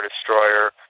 Destroyer